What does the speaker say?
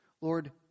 Lord